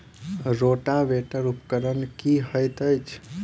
Rotavator उपकरण की हएत अछि?